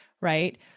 right